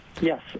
Yes